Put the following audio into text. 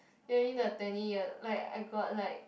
during the twenty year like I got like